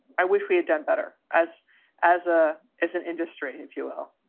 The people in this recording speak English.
i wish we had done better as as a as an industry. you. well,